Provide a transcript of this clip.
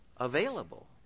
Available